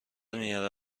میاره